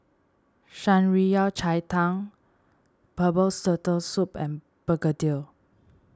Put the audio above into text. Shan Rui Yao Cai Tang Herbal Turtle Soup and Begedil